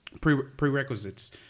prerequisites